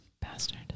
Bastard